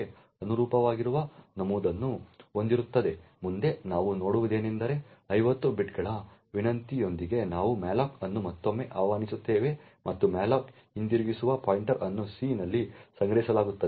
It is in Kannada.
ಮುಂದೆ ನಾವು ಮಾಡುವುದೇನೆಂದರೆ 50 ಬೈಟ್ಗಳ ವಿನಂತಿಯೊಂದಿಗೆ ನಾವು malloc ಅನ್ನು ಮತ್ತೊಮ್ಮೆ ಆಹ್ವಾನಿಸುತ್ತೇವೆ ಮತ್ತು malloc ಹಿಂತಿರುಗಿಸುವ ಪಾಯಿಂಟರ್ ಅನ್ನು c ನಲ್ಲಿ ಸಂಗ್ರಹಿಸಲಾಗುತ್ತದೆ